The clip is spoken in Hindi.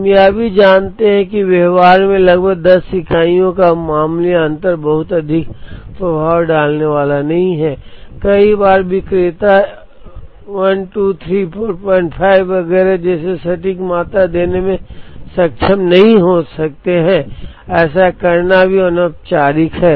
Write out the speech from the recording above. हम यह भी जानते हैं कि व्यवहार में लगभग 10 इकाइयों का मामूली अंतर बहुत अधिक प्रभाव डालने वाला नहीं है कई बार विक्रेता 12345 वगैरह जैसी सटीक मात्रा देने में सक्षम नहीं हो सकते हैं ऐसा करना भी अनौपचारिक है